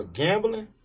gambling